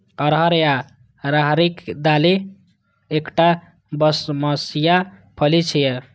अरहर या राहरिक दालि एकटा बरमसिया फली छियै